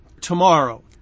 tomorrow